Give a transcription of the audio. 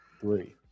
three